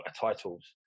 titles